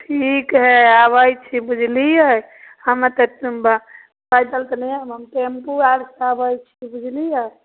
ठीक हइ आबै छी बुझलिए हम तऽ पैदल तऽ नहि आएब टेम्पू आओरसँ आबै छी बुझलिए